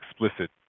explicit